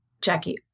Jackie